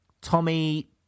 Tommy